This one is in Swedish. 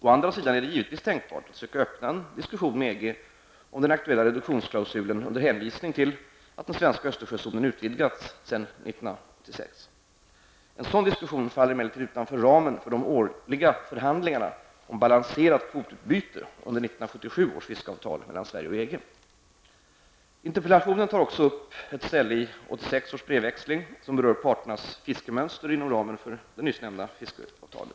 Å andra sidan är det givetvis tänkbart att söka öppna en diskussion med EG om den aktuella reduktionsklausulen under hänvisning till att den svenska Östersjözonen utvidgats sedan 1986. En sådan diskussion faller emellertid utanför ramen för de årliga förhandlingarna om balanserat kvotutbyte under Interpellationen tar också upp ett ställe i 1986 års brevväxling som berör parternas ''fiskemönster'' inom ramen för nyssnämnda fiskeavtal.